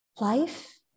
Life